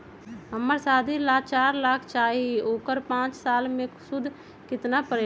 हमरा शादी ला चार लाख चाहि उकर पाँच साल मे सूद कितना परेला?